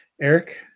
Eric